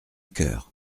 coeur